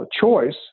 choice